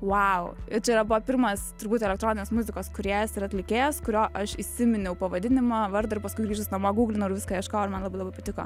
vau čia yra buvo pirmas turbūt elektroninės muzikos kūrėjas ir atlikėjas kurio aš įsiminiau pavadinimą vardą ir paskui grįžus namo guglinau ir viską ieškojau ir man labai labai patiko